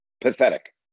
Pathetic